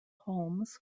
holmes